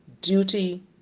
duty